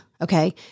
Okay